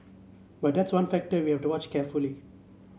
but that's one factor we have to watch carefully